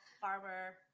farmer